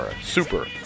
Super